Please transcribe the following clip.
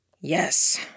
Yes